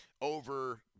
over